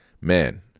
man